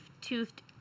toothed